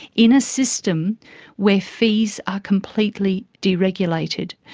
in a system where fees are completely deregulated,